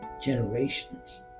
generations